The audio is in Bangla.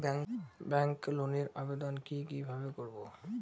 ব্যাংক লোনের আবেদন কি কিভাবে করব?